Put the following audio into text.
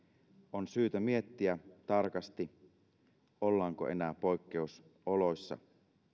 on syytä miettiä tarkasti ollaanko enää poikkeusoloissa